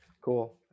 cool